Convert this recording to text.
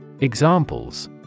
Examples